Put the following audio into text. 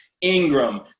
Ingram